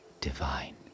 Divine